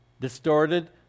distorted